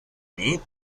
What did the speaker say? meat